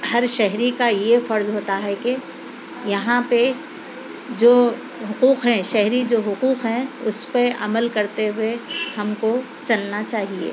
ہر شہری کا یہ فرض ہوتا ہے کہ یہاں پہ جو حقوق ہیں شہری جو حقوق ہیں اُس پہ عمل کر تے ہوئے ہم کو چلنا چاہیے